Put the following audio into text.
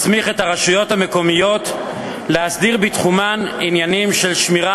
מסמיך את הרשויות המקומיות להסדיר בתחומן עניינים של שמירה,